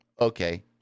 Okay